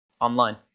online